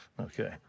Okay